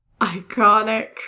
Iconic